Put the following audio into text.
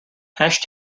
hash